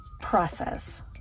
process